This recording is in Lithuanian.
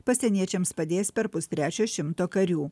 pasieniečiams padės per pustrečio šimto karių